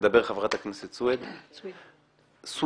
חברת הכנסת סויד תדבר,